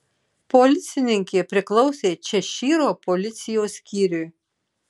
policininkė priklausė češyro policijos skyriui